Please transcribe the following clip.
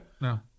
No